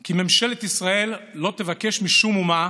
כי ממשלת ישראל לא תבקש משום אומה,